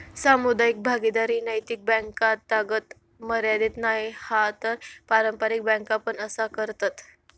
सामुदायिक भागीदारी नैतिक बॅन्कातागत मर्यादीत नाय हा तर पारंपारिक बॅन्का पण असा करतत